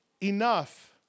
Enough